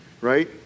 right